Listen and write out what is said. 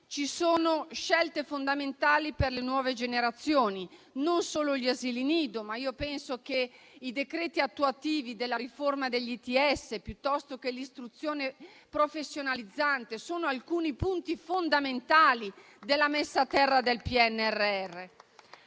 ci sono scelte fondamentali per le nuove generazioni: non solo gli asili nido, ma penso che i decreti attuativi della riforma degli istituti tecnici superiori (ITS) o dell'istruzione professionalizzante siano alcuni punti fondamentali della messa a terra del PNRR.